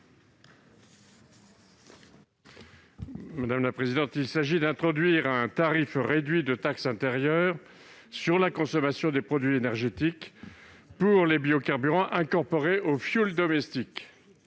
M. Pierre Cuypers. Il s'agit d'introduire un tarif réduit de taxe intérieure de consommation sur les produits énergétiques pour les biocarburants incorporés au fioul domestique.